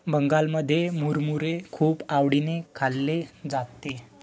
बंगालमध्ये मुरमुरे खूप आवडीने खाल्ले जाते